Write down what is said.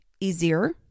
easier